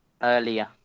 earlier